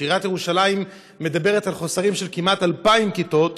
שעיריית ירושלים מדברת על חוסר של כמעט 2,000 כיתות,